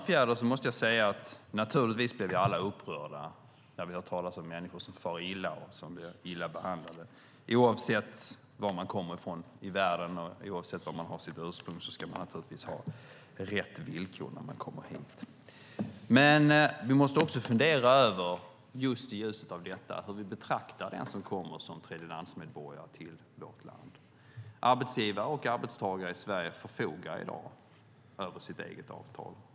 Fru talman! Vi blir naturligtvis alla upprörda, Krister Örnfjäder, när vi hör talas om människor som far illa och blir illa behandlade. Oavsett var man kommer från i världen och oavsett ursprung ska man ha rätt villkor när man kommer hit. Just i ljuset av detta måste vi dock fundera över hur vi betraktar de tredjelandsmedborgare som kommer till vårt land. Arbetsgivare och arbetstagare i Sverige förfogar i dag över sitt eget avtal.